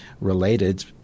related